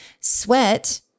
Sweat